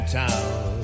town